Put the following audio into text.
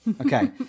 Okay